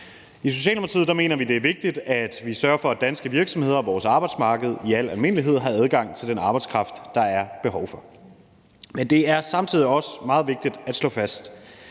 I Socialdemokratiet mener vi, at det er vigtigt, at vi sørger for, at danske virksomheder og vores arbejdsmarked i al almindelighed har adgang til den arbejdskraft, der er behov for, men det er samtidig også meget vigtigt at slå fast,